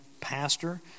pastor